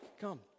Come